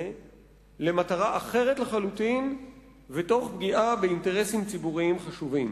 למטרה אחרת לחלוטין ותוך פגיעה באינטרסים ציבוריים חשובים.